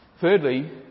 Thirdly